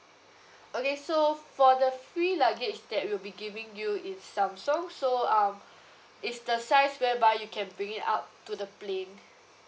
okay so for the free luggage that we'll be giving you is samsung so um is the size whereby you can bring it up to the plane